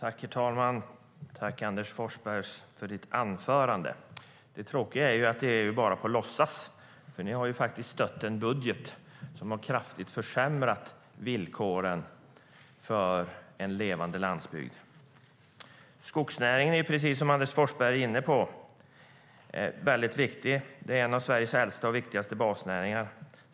Herr talman! Tack, Anders Forsberg, för ditt anförande! Det tråkiga är att det bara är på låtsas. Ni har ju faktiskt stött en budget som kraftigt har försämrat villkoren för en levande landsbygd. Skogsnäringen är, precis som Anders Forsberg säger, väldigt viktig. Det är en av Sveriges äldsta och viktigaste basnäringar.